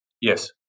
Yes